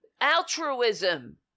Altruism